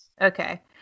Okay